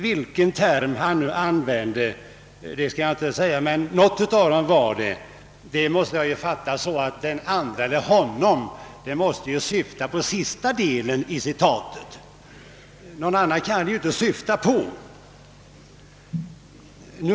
Vilken term han nu använde kan jag inte säga, men jag måste fatta det så att »den andre» eller »honom» måste syfta på sista delen av citatet. Något annat kan det inte syfta på.